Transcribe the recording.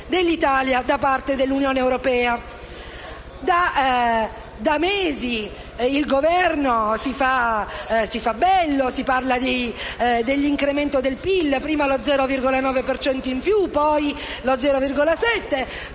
dell'Italia da parte dell'Unione europea. Da mesi il Governo si fa bello; si parla dell'incremento del PIL: prima lo 0,9 per cento in più, poi lo 0,7;